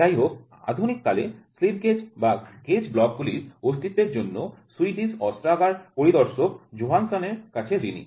যাইহোক আধুনিক কালে স্লিপ গেজ বা গেজ ব্লক গুলির অস্তিত্বের জন্য সুইডিশ অস্ত্রাগার পরিদর্শক জোহানসন এর কাছে ঋণী